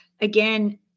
again